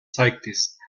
cyclists